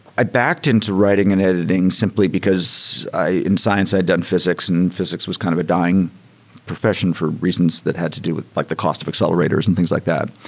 i backed into writing and editing simply because in science i've done physics and physics was kind of a dying profession for reasons that had to do with like the cost of accelerators and things like that.